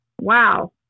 Wow